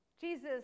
Jesus